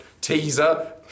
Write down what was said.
teaser